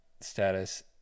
status